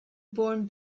born